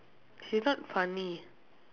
he's not funny